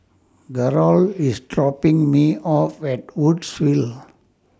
Garold IS dropping Me off At Woodsville